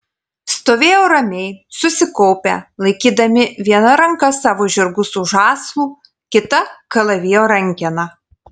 stovėjo ramiai susikaupę laikydami viena ranka savo žirgus už žąslų kita kalavijo rankeną